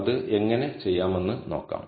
അത് എങ്ങനെ ചെയ്യാമെന്ന് നോക്കാം